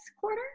quarter